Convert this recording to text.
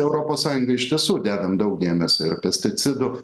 europos sąjunga iš tiesų dedam daug dėmesio ir pesticidų